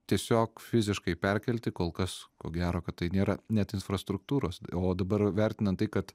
tiesiog fiziškai perkelti kol kas ko gero kad tai nėra net infrastruktūros o dabar vertinant tai kad